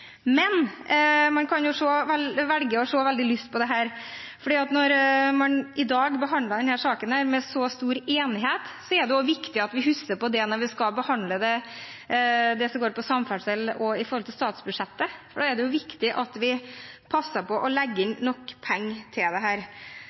Men man kan velge å se veldig lyst på dette, for når man i dag behandler denne saken med så stor enighet, er det viktig at vi husker på det når vi skal behandle det som går på samferdsel i statsbudsjettet. Da er det viktig at vi passer på å legge inn nok penger til